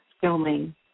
filming